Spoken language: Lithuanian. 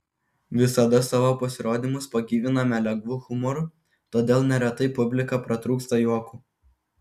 visada savo pasirodymus pagyviname lengvu humoru todėl neretai publika pratrūksta juoku